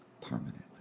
Permanently